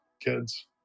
kids